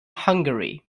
hungary